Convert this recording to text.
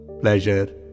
pleasure